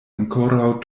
ankoraŭ